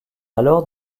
alors